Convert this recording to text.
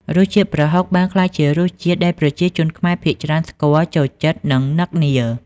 រសជាតិប្រហុកបានក្លាយជារសជាតិដែលប្រជាជនខ្មែរភាគច្រើនស្គាល់ ចូលចិត្ត និងនឹកនា។